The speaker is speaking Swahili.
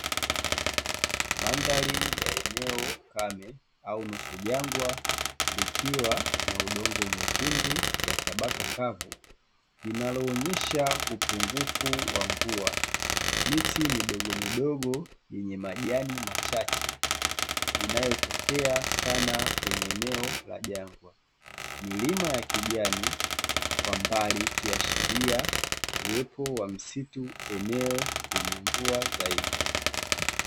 Mandhari ya eneo kame au nusu-jangwa, likiwa na udongo mwekundu wa tabaka kavu linaloonyesha upungufu wa mvua, miti midogo-midogo yenye majani machache inayotokea sana kwenye eneo la jangwa, na milima ya kijani kwa mbali ikiashiria uwepo wa msitu, eneo lenye mvua zaidi.